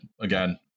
Again